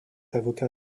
avocat